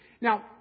Now